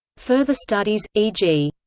further studies, e g.